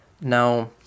Now